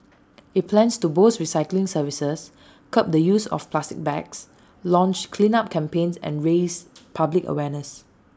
IT plans to boost recycling services curb the use of plastic bags launch cleanup campaigns and raise public awareness